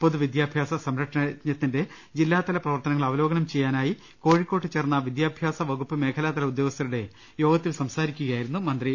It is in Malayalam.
പൊതുവിദ്യാഭ്യാസ സംരക്ഷണ യജ്ഞത്തിന്റെ ജില്ലാതല പ്രവർത്തനങ്ങൾ അവലോകനം ചെയ്യാനായി കോഴിക്കോട്ട് ചേർന്ന വിദ്യാഭ്യാസ വകുപ്പ് മേഖലാതല ഉദ്യോഗസ്ഥരുടെ യോഗ ത്തിൽ സംസാരിക്കുകയായിരുന്നു മന്ത്രി